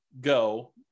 go